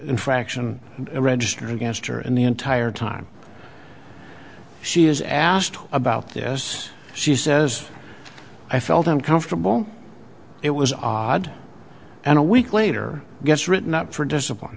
infraction register against her and the entire time she was asked about this she says i felt uncomfortable it was odd and a week later gets written up for discipline